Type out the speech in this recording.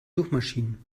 suchmaschinen